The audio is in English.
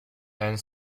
and